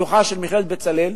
שלוחה של מכללת "בצלאל",